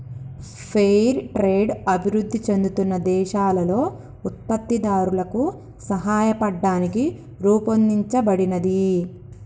fair trade అభివృద్ధి చెందుతున్న దేశాలలో ఉత్పత్తిదారులకు సాయపడటానికి రూపొందించబడినది